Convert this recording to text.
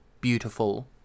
beautiful